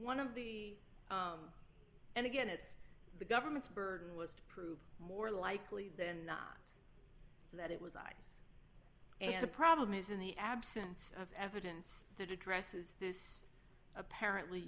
one of the and again it's the government's burden was to prove more likely than not that it was eyes and the problem is in the absence of evidence that addresses this apparently